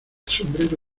sombrero